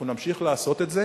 אנחנו נמשיך לעשות את זה,